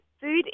food